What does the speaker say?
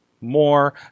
more